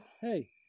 Hey